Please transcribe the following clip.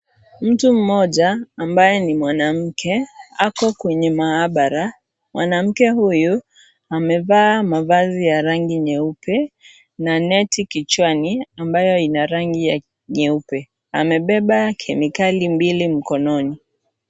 Mtu mmoja ambaye ni mwanamke ako kwenye maabaara. Mwanamke huyu amevaa mavazi ya rangi nyeupe na neti kichwani ambayo ina rangi ya nyeupe. Amebeba kemikali mbili mkononi.